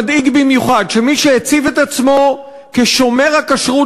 מדאיג במיוחד שמי שהציב את עצמו כשומר הכשרות